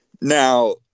Now